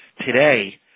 Today